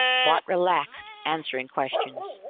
bart relaxed, answering questions.